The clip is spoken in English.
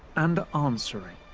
and answering,